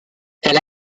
elle